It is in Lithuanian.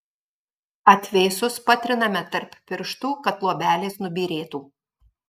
atvėsus patriname tarp pirštų kad luobelės nubyrėtų